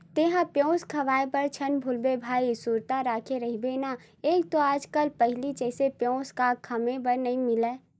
तेंहा पेयूस खवाए बर झन भुलाबे भइया सुरता रखे रहिबे ना एक तो आज कल पहिली जइसे पेयूस क खांय बर नइ मिलय